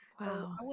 Wow